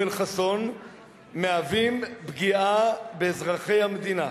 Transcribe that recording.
מהווה פגיעה באזרחי המדינה.